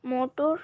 motor